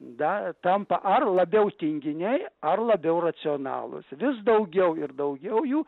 dar tampa ar labiau tinginiai ar labiau racionalūs vis daugiau ir daugiau jų